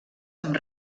amb